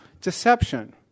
deception